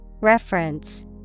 Reference